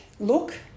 look